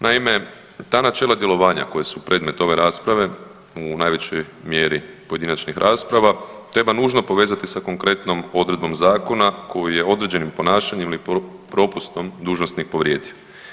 Naime, ta načela djelovanja koja su predmet ove rasprave u najvećoj mjeri pojedinačnih rasprava treba nužno povezati sa konkretnom odredbom zakona koji je određenim ponašanjem ili propustom dužnosnik povrijedio.